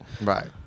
Right